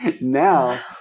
Now